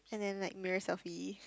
and then like mirror selfie